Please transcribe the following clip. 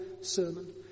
sermon